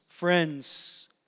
Friends